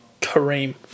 Kareem